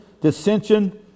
dissension